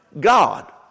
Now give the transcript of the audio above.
God